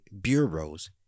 bureaus